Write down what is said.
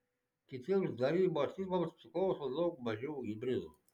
kitiems darybos tipams priklauso daug mažiau hibridų